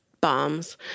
bombs